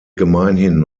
gemeinhin